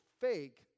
fake